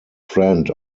friend